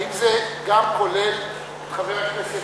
האם זה גם כולל את חבר הכנסת